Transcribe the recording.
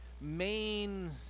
main